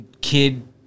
Kid